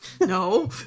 No